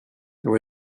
there